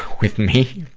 with me?